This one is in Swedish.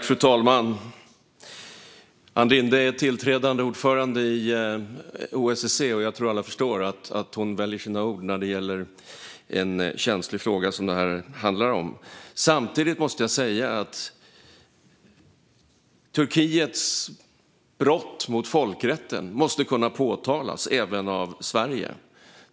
Fru talman! Ann Linde är tillträdande ordförande i OSSE, och jag tror att alla förstår att hon väljer sina ord när det gäller en känslig fråga som denna. Samtidigt måste jag säga att Turkiets brott mot folkrätten måste kunna påtalas även av Sverige.